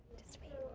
to speak